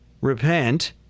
Repent